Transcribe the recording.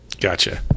Gotcha